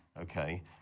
Okay